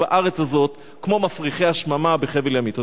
בארץ הזאת כמו מפריחי השממה בחבל ימית.